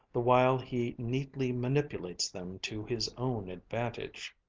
the while he neatly manipulates them to his own advantage.